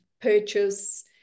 purchase